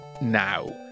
now